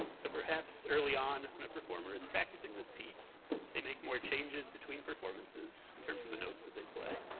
so perhaps, early on, when a performer is practicing this piece they make more changes between performances in terms of the notes that they play.